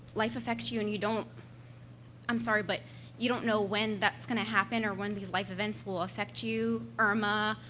life affects you. and you don't i'm sorry, but you don't know when that's going to happen or when these life events will affect you irma,